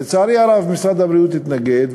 לצערי הרב משרד הבריאות התנגד,